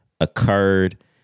occurred